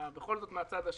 בכל זאת מן הצד השני.